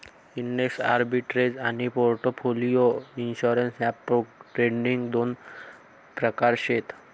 index arbitrage आनी portfolio insurance ह्या program trading दोन प्रकार शेत